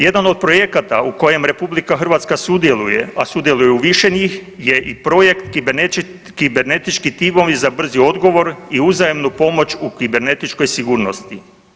Jedan od projekata u kojem RH sudjeluje, a sudjeluje u više njih je i projekt kibernetički timovi za brzi odgovor i uzajamnu pomoć u kibernetičkoj sigurnosti.